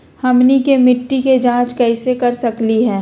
हमनी के मिट्टी के जाँच कैसे कर सकीले है?